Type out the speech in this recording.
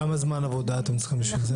כמה זמן עבודה אתם צריכים בשביל זה?